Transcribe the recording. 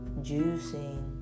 juicing